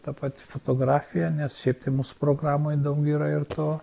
ta pati fotografija nes šiaip tai mūsų programoj daug yra ir to